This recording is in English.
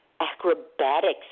acrobatics